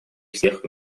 всех